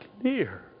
clear